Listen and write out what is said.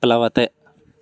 प्लवते